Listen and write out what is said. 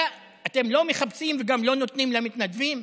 לא, אתם לא מחפשים וגם לא נותנים למתנדבים?